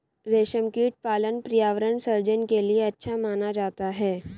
रेशमकीट पालन पर्यावरण सृजन के लिए अच्छा माना जाता है